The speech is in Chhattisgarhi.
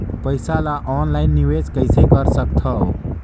पईसा ल ऑनलाइन निवेश कइसे कर सकथव?